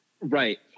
Right